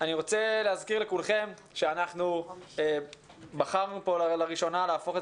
אני רוצה להזכיר לכולכם שבחרנו פה לראשונה להפוך את